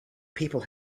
people